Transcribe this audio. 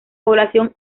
población